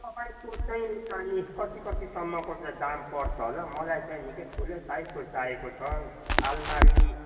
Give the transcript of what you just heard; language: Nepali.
तपाईँको चाहिँ अनि कति कतिसम्मको चाहिँ दाम पर्छ होला मलाई चाहिँ निकै ठुलो साइजको चाहिएको छ आलमारी